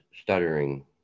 stuttering